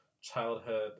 childhood